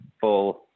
full